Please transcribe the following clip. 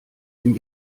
dem